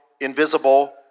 invisible